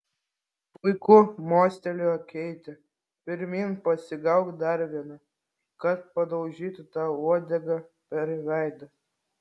puiku mostelėjo keitė pirmyn pasigauk dar vieną kad padaužytų tau uodega per veidą